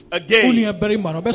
again